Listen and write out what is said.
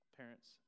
parents